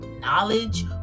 knowledge